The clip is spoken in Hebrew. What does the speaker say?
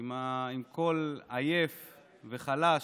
עם קול עייף וחלש,